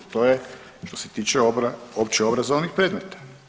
To je što se tiče opće obrazovnih predmeta.